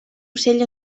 ocell